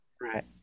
Right